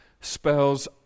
spells